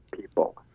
people